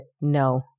no